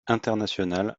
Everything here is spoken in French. international